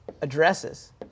addresses